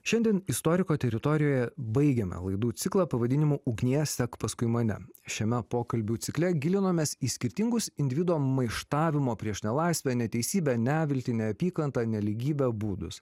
šiandien istoriko teritorijoje baigiame laidų ciklą pavadinimu ugnie sek paskui mane šiame pokalbių cikle gilinomės į skirtingus individo maištavimo prieš nelaisvę neteisybę neviltį neapykantą nelygybę būdus